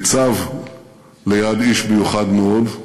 ניצב ליד איש מיוחד מאוד,